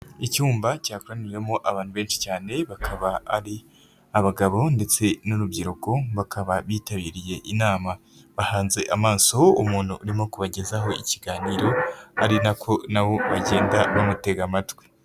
Icyumba cyakoraniwemo abantu benshi cyane bakaba ari abagabo ndetse n'urubyiruko bakaba bitabiriye inama, bahanze amaso umuntu urimo kubagezaho ikiganiro ari na ko na bo bagenda bamutega amatwi.